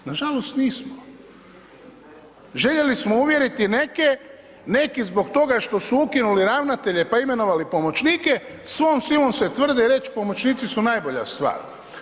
Nažalost nismo, željeli smo uvjeriti neke, neki zbog toga što su ukinuli ravnatelje pa imenovali pomoćnike svom silom se tvrde reći pomoćnici su najbolja stvar.